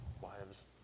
wives